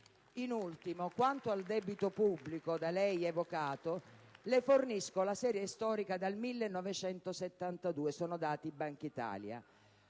In ultimo, quanto al debito pubblico da lei evocato, le fornisco la serie storica dal 1972 (sono dati Bankitalia).